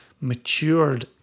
matured